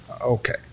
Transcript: Okay